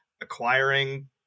acquiring